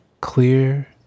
Clear